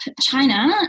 China